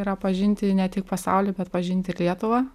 yra pažinti ne tik pasaulį bet pažinti lietuvą